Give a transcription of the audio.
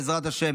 בעזרת השם,